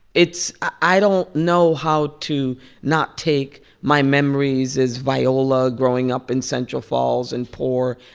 it's i don't know how to not take my memories as viola growing up in central falls and poor.